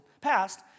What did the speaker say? passed